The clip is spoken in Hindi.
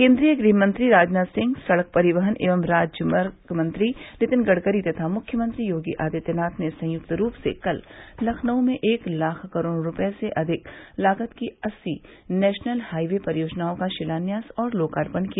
केन्द्रीय गृहमंत्री राजनाथ सिंह सड़क परिवहन एवं राजमार्ग मंत्री नितिन गड़करी तथा मुख्यमंत्री योगी आदित्यनाथ ने संयुक्त रूप से कल लखनऊ में एक लाख करोड़ रूपये से अधिक लागत की अस्सी नेशनल हाई वे परियोजनाओं का शिलान्यास और लोकार्पण किया